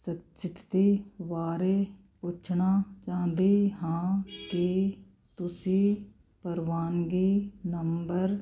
ਸਥਿਤੀ ਬਾਰੇ ਪੁੱਛਣਾ ਚਾਹੁੰਦੀ ਹਾਂ ਕੀ ਤੁਸੀਂ ਪ੍ਰਵਾਨਗੀ ਨੰਬਰ